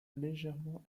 légèrement